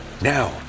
Now